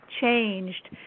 changed